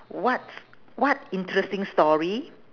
what what interesting story